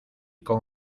con